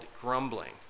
Grumbling